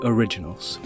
Originals।